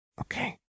Okay